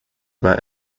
war